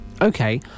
Okay